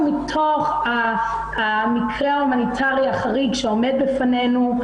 מתוך המקרה ההומניטרי החריג שעומד בפנינו,